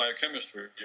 biochemistry